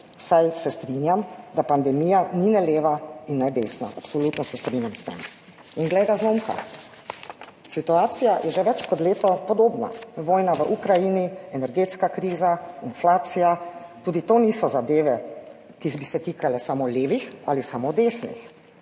saj, se strinjam, da pandemija ni ne leva in ne desna. Absolutno se strinjam s tem. In glej ga zlomka, situacija je že več kot leto podobna. Vojna v Ukrajini, energetska kriza, inflacija, tudi to niso zadeve, ki bi se tikale samo levih ali samo desnih